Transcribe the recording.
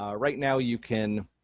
ah right now you can